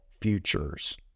futures